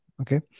Okay